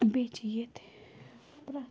بیٚیہِ چھِ ییٚتہِ پرٛٮ۪تھ